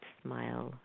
smile